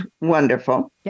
wonderful